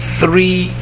three